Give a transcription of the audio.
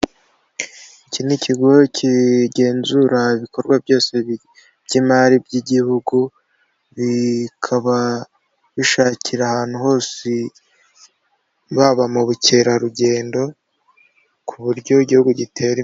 Iki ni ikigo kigenzura ibikorwa byose by'imari by'igihugu bikaba bishakira ahantu hose baba mu bukerarugendo ku buryo igihugu giteri.